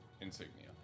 insignia